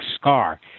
scar